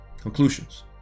conclusions